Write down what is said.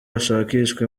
hashakishwa